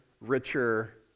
richer